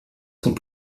sont